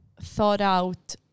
thought-out